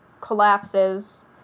collapses